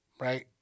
right